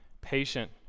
patient